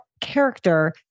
character